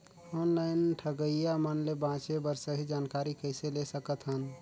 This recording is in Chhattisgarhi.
ऑनलाइन ठगईया मन ले बांचें बर सही जानकारी कइसे ले सकत हन?